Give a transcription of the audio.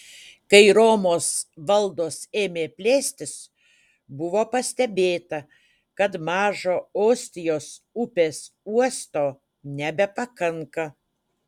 kai romos valdos ėmė plėstis buvo pastebėta kad mažo ostijos upės uosto nebepakanka